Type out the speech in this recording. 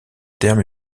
terme